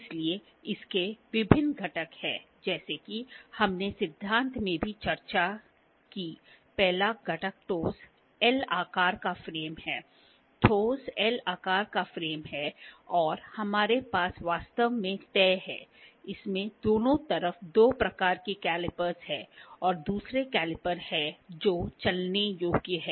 इसलिए इसके विभिन्न घटक हैं जैसा कि हमने सिद्धांत में भी चर्चा की है पहला घटक ठोस L आकार का फ्रेम है ठोस L आकार का फ्रेम है और हमारे पास वास्तव में तय है इसमें दोनों तरफ दो प्रकार के कैलिपर हैं और दूसरा कैलिपर है जो चलने योग्य है